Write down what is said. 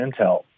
Intel